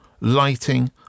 lighting